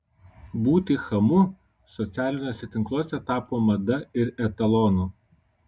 būti chamu socialiniuose tinkluose tapo mada ir etalonu